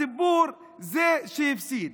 הציבור זה שהפסיד.